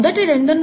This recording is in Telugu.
మొదటి 2